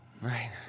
Right